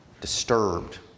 disturbed